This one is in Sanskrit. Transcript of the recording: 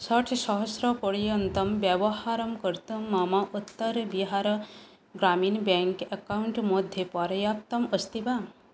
षट्सहस्रपर्यन्तं व्यवहारं कर्तुं मम उत्तर् बिहार ग्रामिन् ब्याङ्क् अकौण्ट् मध्ये पर्याप्तम् अस्ति वा